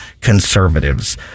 conservatives